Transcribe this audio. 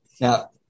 Now